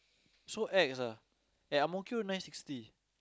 so ex ah eh Ang-Mo-Kio nine sixty